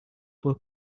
were